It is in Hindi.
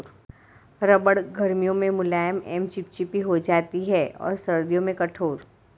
रबड़ गर्मियों में मुलायम व चिपचिपी हो जाती है और सर्दियों में कठोर